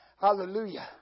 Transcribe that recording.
Hallelujah